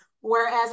Whereas